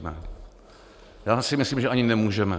Já si myslím, že ani nemůžeme.